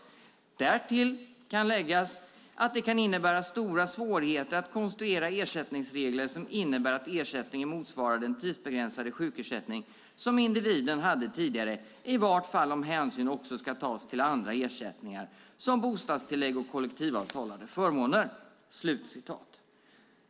Därtill kan läggas att det kan innebära stora svårigheter att konstruera ersättningsregler som innebär att ersättningen motsvarar den tidsbegränsade sjukersättning som individen hade tidigare, i vart fall om hänsyn också ska tas till andra ersättningar som bostadstillägg och kollektivavtalade förmåner."